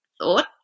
Thought